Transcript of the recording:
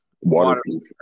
waterproof